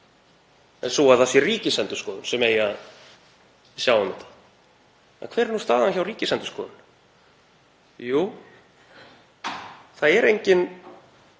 er sú að það sé Ríkisendurskoðun sem eigi að sjá um þetta. Hver er staðan hjá Ríkisendurskoðun? Jú, það er enginn